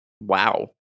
Wow